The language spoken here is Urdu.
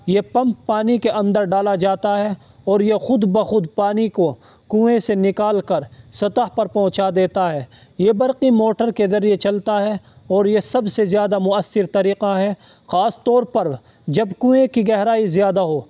یہ پمپ پانی کے اندر ڈالا جاتا ہے اور یہ خود بخود پانی کو کنویں سے نکال کر سطح پر پہنچا دیتا ہے یہ برقی موٹر کے ذریعے چلتا ہے اور یہ سب سے زیادہ مؤثر طریقہ ہے خاص طور پر جب کوے کی گہرائی زیادہ ہو